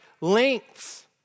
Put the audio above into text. lengths